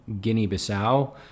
Guinea-Bissau